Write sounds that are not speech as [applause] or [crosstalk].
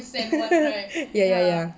[laughs] ya ya ya